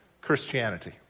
Christianity